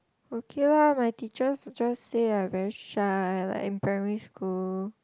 okay lah my teachers just say I very shy like in primary school